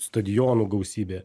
stadionų gausybė